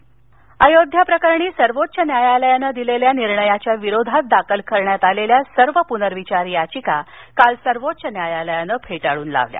अयोध्या अयोध्या प्रकरणी सर्वोच्च न्यायालयानं दिलेल्या निर्णयाच्या विरोधात दाखल करण्यात आलेल्या सर्व पुनर्विचार याचिका काल सर्वोच्च न्यायालयानं फेटाळून लावल्या